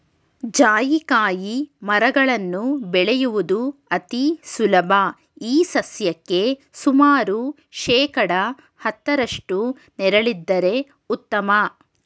ಜಾಯಿಕಾಯಿ ಮರಗಳನ್ನು ಬೆಳೆಯುವುದು ಅತಿ ಸುಲಭ ಈ ಸಸ್ಯಕ್ಕೆ ಸುಮಾರು ಶೇಕಡಾ ಹತ್ತರಷ್ಟು ನೆರಳಿದ್ದರೆ ಉತ್ತಮ